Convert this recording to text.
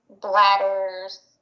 bladders